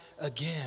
again